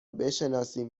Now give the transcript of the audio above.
بشناسیم